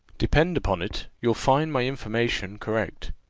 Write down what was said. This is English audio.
depend upon it, you'll find my information correct.